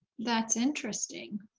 that's interesting.